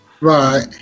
right